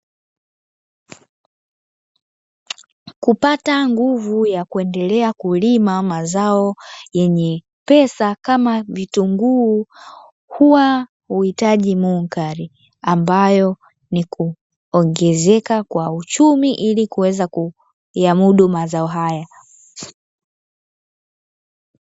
Kupata nguvu ya kuendelea kulima mazao yenye pesa kama vitunguu huwa huitaji munkari ambayo ni kuongezeka kwa uchumi ili kuweza kuyamudu mazao haya.